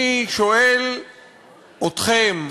אני שואל אתכם,